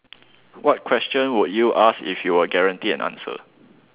what question would you ask if you were guaranteed an answer